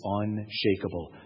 unshakable